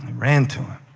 ran to him. a